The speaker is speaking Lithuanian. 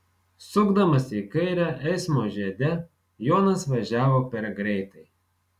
sukdamas į kairę eismo žiede jonas važiavo per greitai